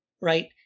right